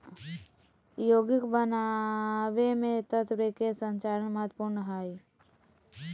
यौगिक बनावे मे तत्व के संरचना महत्वपूर्ण हय